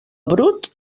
brut